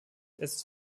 ist